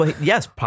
Yes